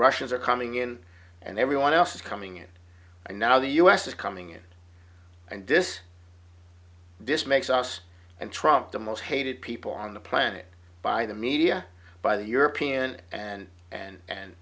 russians are coming in and everyone else is coming in and now the u s is coming in and this just makes us and trump the most hated people on the planet by the media by the european and and and